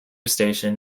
station